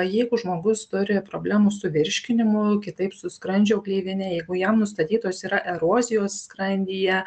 jeigu žmogus turi problemų su virškinimu kitaip su skrandžio gleivine jeigu jam nustatytos yra erozijos skrandyje